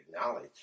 acknowledge